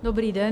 Dobrý den.